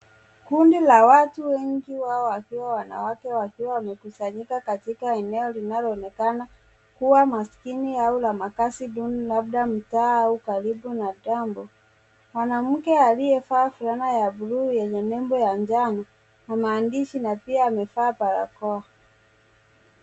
Kundi la watu wengi wao wakiwa wanawake wakiwa wamekusanyika katika eneo linaloonekana kuwa maskini au la makazi duni labda mitaa aua karibu na dampu. Mwanamke aliyevaa fulana ya bulluu yenye nembo ya njano na maandishi na pia amevaa barakoa.